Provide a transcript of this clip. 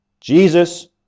Jesus